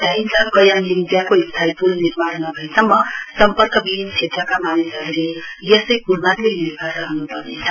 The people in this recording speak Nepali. बताइन्छ कायम लिङज्याको स्थायी प्ल निर्माण नभएसम्म सम्पर्कविहिन क्षेत्रका मानिसहरूले यसै प्लमाथि निर्भर रहन् पर्नेछ